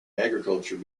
agriculture